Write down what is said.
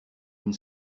une